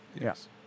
Yes